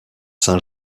saint